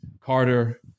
Carter